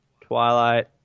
Twilight